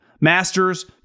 Masters